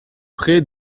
pré